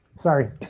Sorry